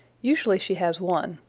usually she has one,